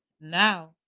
now